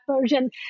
version